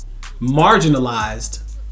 marginalized